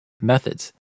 methods